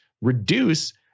reduce